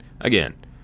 again